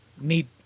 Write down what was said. need